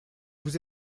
vous